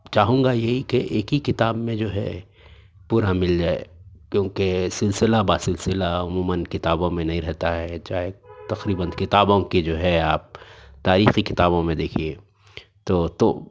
چاہوں گا یہی کہ ایک ہی کتاب میں جو ہے پورا مل جائے کیونکہ سلسلہ بہ سلسلہ عموماً کتابوں میں نہیں رہتا ہے چاہے تقریباً کتابوں کی جو ہے آپ تاریخی کتابوں میں دیکھیے تو تو